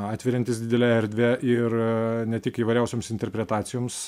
atveriantis didelę erdvę ir ne tik įvairiausioms interpretacijoms